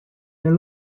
nel